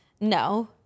No